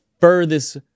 furthest